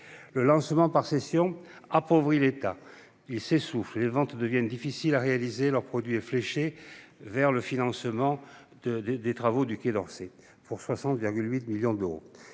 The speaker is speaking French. Le financement par cessions appauvrit l'État, qui s'essouffle : les ventes deviennent difficiles à réaliser et leur produit est fléché vers le financement des travaux du Quai d'Orsay, à hauteur de 60,8 millions d'euros.